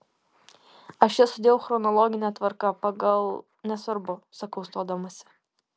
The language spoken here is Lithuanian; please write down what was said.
aš jas sudėjau chronologine tvarka pagal nesvarbu sakau stodamasi